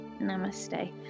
Namaste